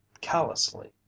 callously